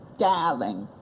darling.